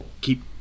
keep